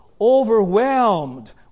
overwhelmed